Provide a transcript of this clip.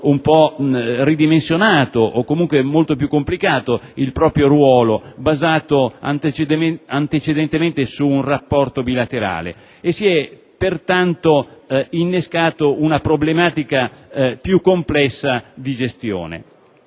un po' ridimensionato o, comunque, molto più complicato il proprio ruolo basato antecedentemente su un rapporto bilaterale. Si è pertanto innescata una problematica più complessa di gestione